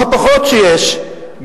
המהפכות שיש,